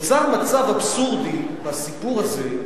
נוצר מצב אבסורדי בסיפור הזה,